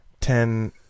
ten